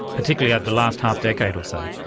particularly over the last half-decade or so?